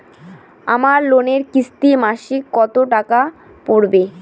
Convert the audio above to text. আমার লোনের কিস্তি মাসিক কত টাকা পড়বে?